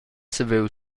saviu